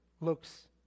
looks